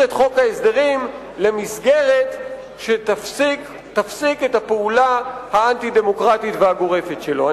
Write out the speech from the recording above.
את חוק ההסדרים למסגרת שתפסיק את הפעולה האנטי-דמוקרטית והגורפת שלו.